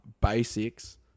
basics